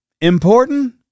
Important